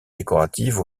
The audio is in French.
décoratives